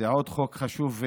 זה עוד חוק חשוב,